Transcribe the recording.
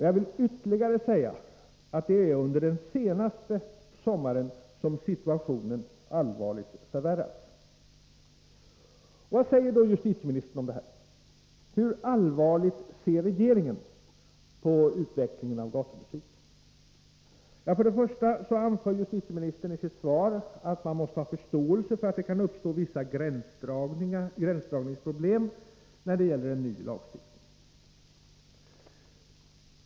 Jag vill ytterligare säga att det är under den senaste sommaren som situationen allvarligt förvärrats. Justitieministern anför i sitt svar att man måste ha förståelse för att det kan uppstå vissa gränsdragningsproblem när det gäller en ny lagstiftning.